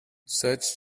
such